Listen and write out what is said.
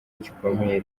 gikomeye